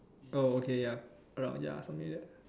oh okay ya about ya something that